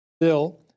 bill